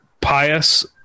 pious